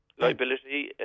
liability